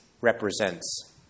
represents